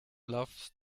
loves